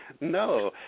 no